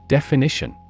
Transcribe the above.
Definition